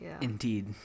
Indeed